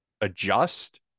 adjust